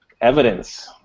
evidence